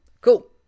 Cool